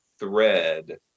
thread